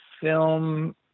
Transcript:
film